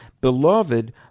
Beloved